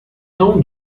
não